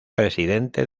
presidente